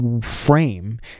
frame